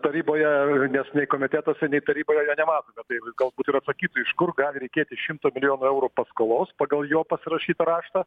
taryboje nes komitetuose nei taryboje jo nematome tai galbūt ir atsakytų iš kur gali reikėti šimto milijonų eurų paskolos pagal jo pasirašytą raštą